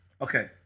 Okay